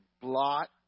blot